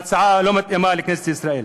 ההצעה לא מתאימה לכנסת ישראל.